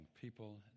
People